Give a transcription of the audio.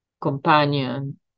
companion